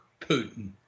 Putin